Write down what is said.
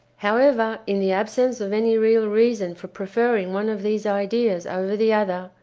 however, in the absence of any real reason for preferring one of these ideas over the other,